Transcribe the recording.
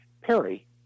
Perry